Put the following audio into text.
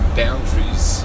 boundaries